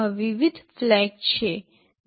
તેમાં વિવિધ ફ્લેગ છે